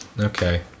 Okay